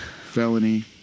Felony